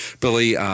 Billy